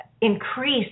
increase